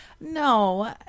No